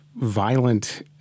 violent